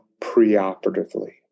preoperatively